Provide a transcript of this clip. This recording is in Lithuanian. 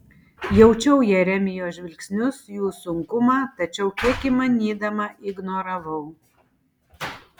jaučiau jeremijo žvilgsnius jų sunkumą tačiau kiek įmanydama ignoravau